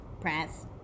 press